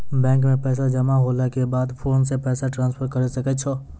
bank मे पैसा जमा होला के बाद फोन से पैसा ट्रांसफर करै सकै छौ